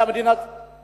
חבר הכנסת מולה,